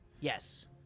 Yes